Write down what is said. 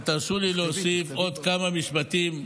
ותרשו לי להוסיף עוד כמה משפטים.